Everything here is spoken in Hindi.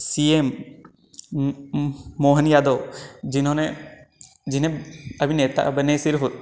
सी एम मोहन यादव जिन्होंने जिन्हें अभी नेता बने सिर्फ़